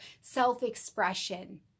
self-expression